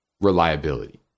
reliability